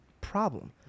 problem